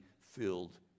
filled